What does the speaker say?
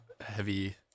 heavy